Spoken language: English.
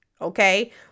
Okay